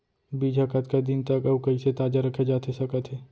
बीज ह कतका दिन तक अऊ कइसे ताजा रखे जाथे सकत हे?